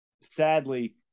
sadly